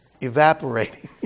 evaporating